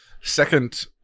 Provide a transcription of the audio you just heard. Second